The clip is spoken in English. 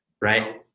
right